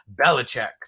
Belichick